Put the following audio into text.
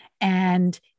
and-